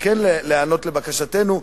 כן להיענות לבקשתנו,